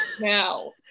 now